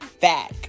back